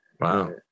wow